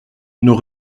nos